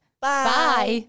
bye